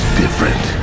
different